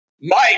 Mike